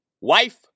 wife